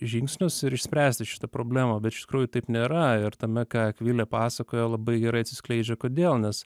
žingsnius ir išspręsti šitą problemą bet iš tikrųjų taip nėra ir tame ką akvilė pasakojo labai gerai atsiskleidžia kodėl nes